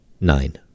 nine